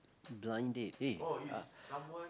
blind date eh ah